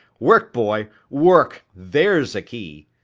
work, boy, work, there's a key!